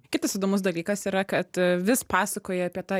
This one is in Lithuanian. kitas įdomus dalykas yra kad vis pasakoji apie tą